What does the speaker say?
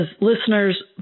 listeners